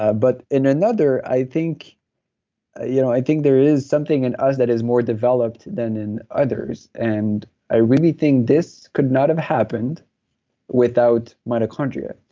ah but in another, i think ah you know i think there is something in us that is more developed than in others, and i really think this could not have happened without mitochondria,